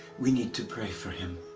we need to pray for him.